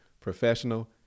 professional